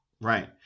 Right